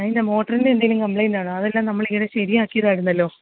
അതിൻ്റെ മോട്ടറിന് എന്തേലും കംപ്ലെയിൻറ്റ് കാണും അതെല്ലാം നമ്മൾ ഇന്നലെ ശരിയാക്കിയതായിരുന്നല്ലോ